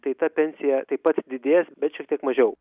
tai ta pensija taip pat didės bet šiek tiek mažiau